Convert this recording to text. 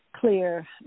clear